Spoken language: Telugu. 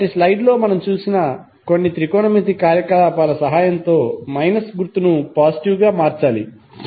మునుపటి స్లైడ్లో మనం చూసిన కొన్ని త్రికోణమితి కార్యకలాపాల సహాయంతో మైనస్ గుర్తును పాజిటివ్ గా మార్చాలి